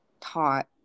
taught